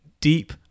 deep